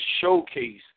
showcase